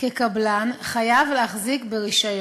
כקבלן חייב להחזיק ברישיון.